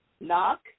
Knock